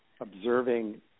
observing